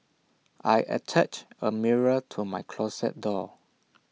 I attached A mirror to my closet door